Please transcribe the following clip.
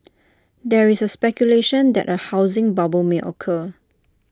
there is speculation that A housing bubble may occur